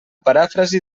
paràfrasi